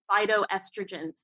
phytoestrogens